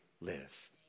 live